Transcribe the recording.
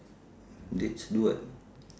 dates do what